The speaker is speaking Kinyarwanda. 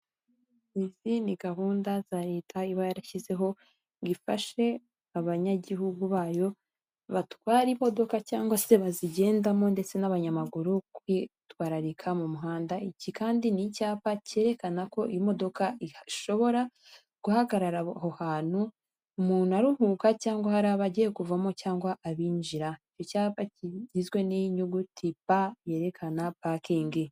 Izindi gahunda za leta iba yarashyizeho ngo ifashe abanyagihugu bayo batwara imodoka cyangwa se bazigendamo ndetse n'abanyamaguru kwitwararika mu muhanda, iki kandi ni icyapa cyerekana ko imodoka ishobora guhagarara aho hantu umuntu aruhuka cyangwa hari abagiye kuvamo cyangwa abinjira, icyapa kigizwe n'inyuguti pa cyerekana pakingi.